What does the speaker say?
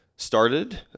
started